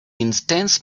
intense